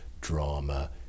drama